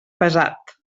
pesat